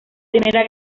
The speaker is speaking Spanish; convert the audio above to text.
primera